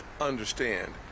understand